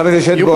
חבר הכנסת שטבון.